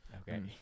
Okay